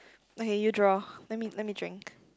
okay you draw let me let me drink